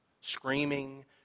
screaming